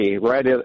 right